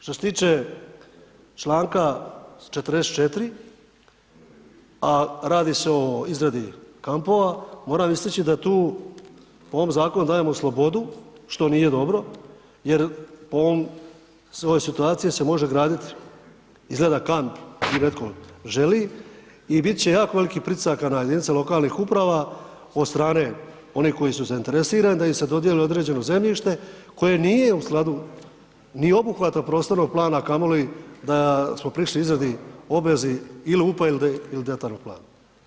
Što se tiče članka 44. a radi se o izradi kampova moram istaći da tu u ovom zakonu dajemo slobodu što nije dobro, jer po ovoj situaciji se može graditi izgleda kamp … [[ne razumije se]] želi i bit će jako velikih pritisaka na jedinice lokalnih uprava od strane onih koji su zainteresirani da im se dodjeli određeno zemljište koje nisu u skladu ni obuhvatom prostornog plana, a kamoli da smo prišli izradi obvezi ili … [[ne razumije se]] ili detaljnog plana.